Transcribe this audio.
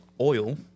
oil